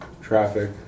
traffic